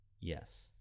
Yes